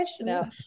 no